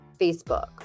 Facebook